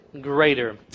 greater